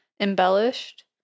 embellished